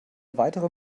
weitere